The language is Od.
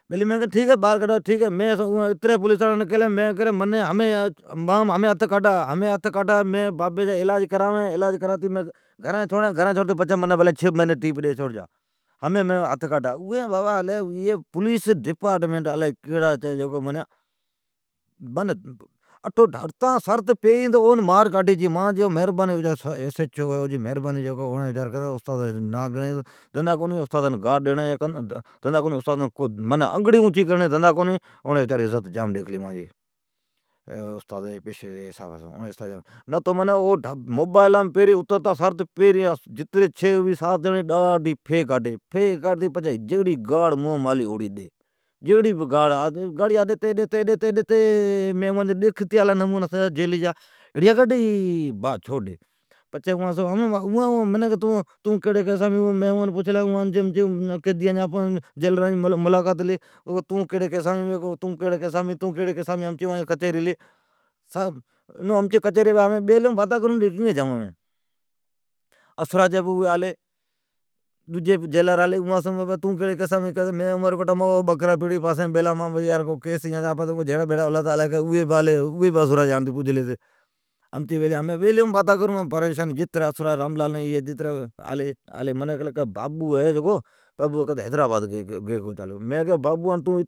بیلی ٹھیک ہےبیلی مین اوان کیلی ھمین منین چھوڑا مین بابی جا علاج کراتی گھرین چھوڑین پچھی بھلین منین تین سالا ٹیپ ڈی چھوڑجا ھمین مام ھتھ کاڈھا۔ پولیس ڈپارٹمینٹ الی کیڑا ہے، جکان پیرین ڈھڑتان پاڑ اون پیرین ڈاڈھی مار ڈیئی چھی۔ منین کئین کونی کیلی او صوبیدارا جی مھربانی، اوڑین کیلی استادان ھاتھ ئی نا لگاجا اوڑین ویچاری مانجی عزت جام ڈیکھلی، نتو پھرین جکان اترتان شرط اون جکو چھ سات جیڑین بھیڑی ھتی ڈاڈھی فیس کاڈھی جیڑی آلی اوڑی گاڑ ڈی ڈیتی، ڈیتی، ڈیتی۔ اون مین کیلی تون کیڑی کیسام ھی او کی تون کیڑی کیسام ھی، امین ھمین کچھری کرون ڈجی کنگی جائون۔ اسرا جی جیلر آلی اوان کیلی تون کیڑی کیسام ھی، اوڑین کیلی یار مین عمرکوٹا جی بکرا پڑیٹھ کو جھیڑا ھلا اوی بھی آلی، ھمین باتا پلی کرون کنگی جائون۔ جتری راملال ایی الی کیئی بابو ہے جکو کہ حیدرآباد گی کونی چالون۔